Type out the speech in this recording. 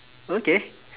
okay